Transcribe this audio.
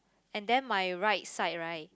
and then my right side right